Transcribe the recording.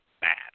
bad